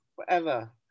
forever